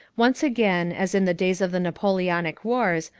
once again, as in the days of the napoleonic wars,